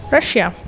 Russia